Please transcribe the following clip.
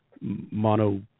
mono